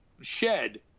shed